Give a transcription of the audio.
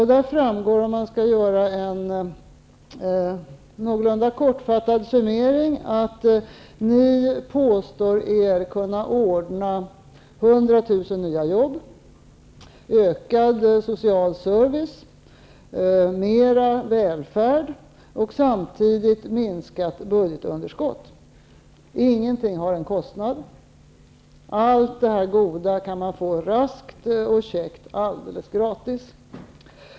Där framgår, om man skall göra en någorlunda kortfattad summering att socialdemokraterna påstår sig kunna ordna 100 000 nya jobb, ökad social service, mera välfärd och samtidigt minskat budgetunderskott. Ingenting har en kostnad. Allt detta goda kan man få raskt och käckt alldeles gratis.